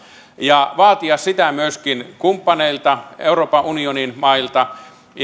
ja vaatia sitä myöskin kumppaneilta euroopan unionin mailta